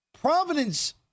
Providence